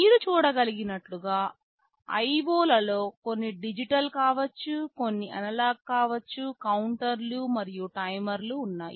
మీరు చూడగలిగినట్లుగా IO లలో కొన్ని డిజిటల్ కావచ్చు కొన్ని అనలాగ్ కావచ్చు కౌంటర్ లు మరియు టైమర్ లు ఉన్నాయి